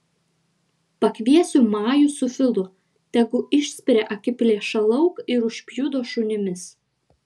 pakviesiu majų su filu tegu išspiria akiplėšą lauk ir užpjudo šunimis